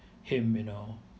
him you know